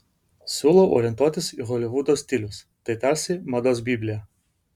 siūlau orientuotis į holivudo stilius tai tarsi mados biblija